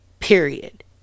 period